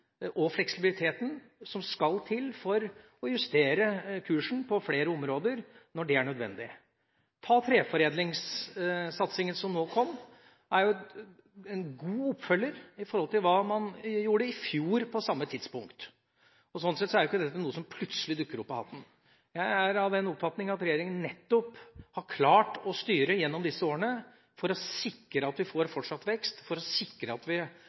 den fleksibiliteten som skal til for å justere kursen på flere områder, når det er nødvendig. Treforedlingssatsingen som nå har kommet, er en god oppfølger til hva man gjorde i fjor på samme tidspunkt. Sånn sett er ikke dette noe som plutselig har dukket opp av hatten. Jeg er av den oppfatning at regjeringa gjennom disse årene har klart å sikre at vi fortsatt får vekst, at vi